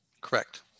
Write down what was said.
correct